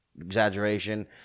exaggeration